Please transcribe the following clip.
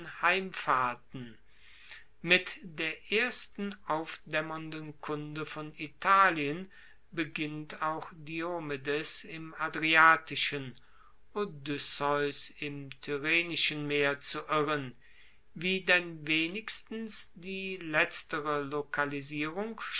heimfahrten mit der ersten aufdaemmernden kunde von italien beginnt auch diomedes im adriatischen odysseus im tyrrhenischen meer zu irren wie denn wenigstens die letztere lokalisierung